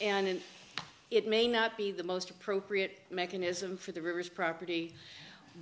and it may not be the most appropriate mechanism for the rivers property